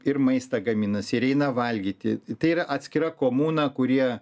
ir maistą gaminasi ir eina valgyti tai yra atskira komuna kurie